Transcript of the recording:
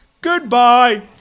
goodbye